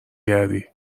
گردی